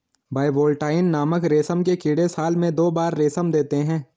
bivoltine नामक रेशम के कीड़े साल में दो बार रेशम देते है